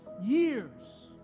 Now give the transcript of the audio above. years